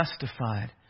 justified